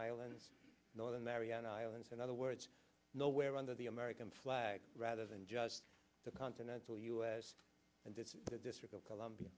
islands northern mariana islands in other words no where under the american flag rather than just the continental u s and the district of columbia